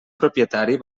propietari